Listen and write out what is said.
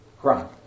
crime